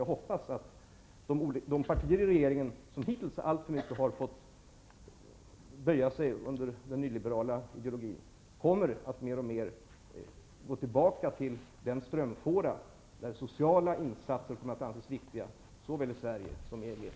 Jag hoppas att de partier i regeringen som hittills alltför mycket har fått böja sig under den nyliberala ideologin mer och mer kommer att gå tillbaka till den strömfåra där man anser att sociala insatser är viktiga, såväl i Sverige som i EG.